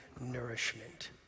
nourishment